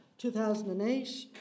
2008